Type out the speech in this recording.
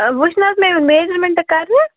اَدٕ وۄنۍ چھُنہٕ حظ مےٚ یُن میجرمینٹ کرنہِ